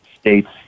states